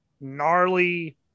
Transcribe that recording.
gnarly